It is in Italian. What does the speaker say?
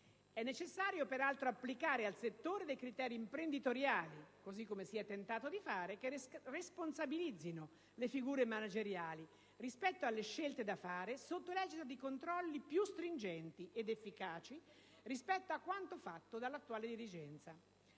È necessario peraltro applicare al settore dei criteri imprenditoriali - così com'è si è tentato di fare - che responsabilizzino le figure manageriali rispetto alle scelte da fare sotto l'egida di controlli più stringenti ed efficaci rispetto a quanto fatto dall'attuale dirigenza.